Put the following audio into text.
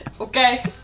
Okay